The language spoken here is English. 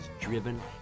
driven